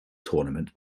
tournament